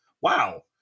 wow